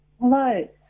Hello